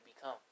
become